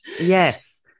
Yes